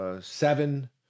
seven